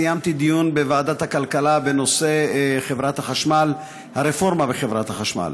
סיימתי דיון בוועדת הכלכלה בנושא הרפורמה בחברת החשמל.